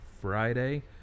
Friday